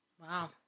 Wow